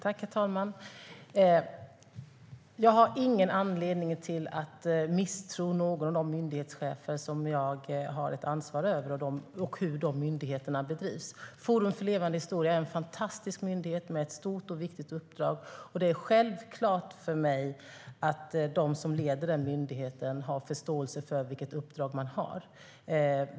Herr talman! Jag har ingen anledning att misstro någon av de myndighetschefer jag har ett ansvar för eller hur de myndigheterna bedrivs. Forum för levande historia är en fantastisk myndighet med ett stort och viktigt uppdrag, och det är självklart för mig att de som leder myndigheten har förståelse för vilket uppdrag de har.